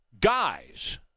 guys